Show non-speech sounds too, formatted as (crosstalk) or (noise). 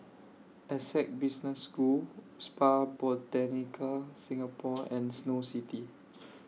Essec Business School Spa Botanica Singapore (noise) and Snow City